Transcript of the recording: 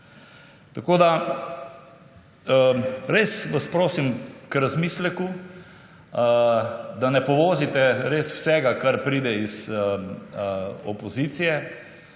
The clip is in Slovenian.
res vas prosim k razmisleku, da ne povozite res vsega, kar pride iz opozicije,